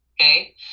Okay